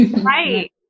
Right